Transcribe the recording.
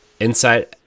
inside